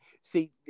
See